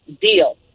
Deal